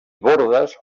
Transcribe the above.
bordes